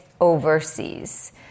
overseas